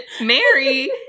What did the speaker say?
Mary